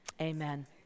Amen